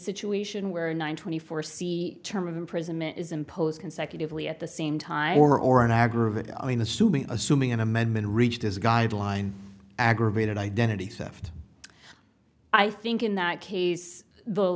situation where nine twenty four c term of imprisonment is imposed consecutively at the same time or an aggravated i mean assuming assuming an amendment reached as a guideline aggravated identity theft i think in that case the